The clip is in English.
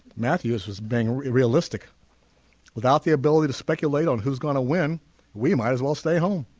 matthews is being realistic without the ability to speculate on who's gonna win we might as well stay home